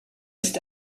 ist